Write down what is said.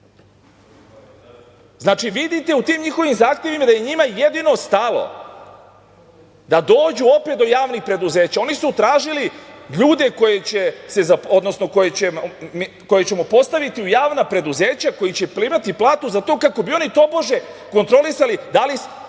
Znači, vidite u tim njihovim zahtevima da je njima jedino stalo da dođu opet do javnih preduzeća. Oni su tražili ljude koje ćemo postaviti u javna preduzeća, koji će primati platu za to kako bi oni tobože kontrolisali da li